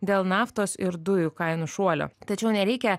dėl naftos ir dujų kainų šuolio tačiau nereikia